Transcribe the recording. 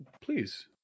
please